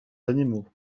animaux